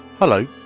Hello